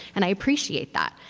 and i appreciate that,